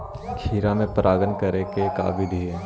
खिरा मे परागण करे के का बिधि है?